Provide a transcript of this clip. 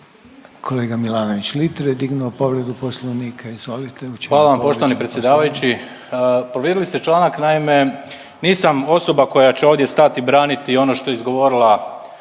**Milanović Litre, Marko (Hrvatski suverenisti)** Hvala vam poštovani predsjedavajući. Povrijedili ste članak naime nisam osoba koja će ovdje stati i braniti ono što je izgovorila